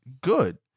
good